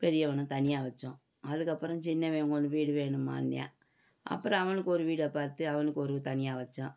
பெரியவனை தனியாக வைச்சோம் அதுக்கப்புறம் சின்னவன் அவனுக்கு வீடு வேணும்மான்னால் அப்புறம் அவனுக்கு ஒரு வீடைப் பார்த்து அவனுக்கு ஒரு தனியாக வைச்சோம்